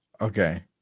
Okay